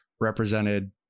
represented